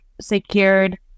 secured